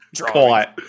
Quiet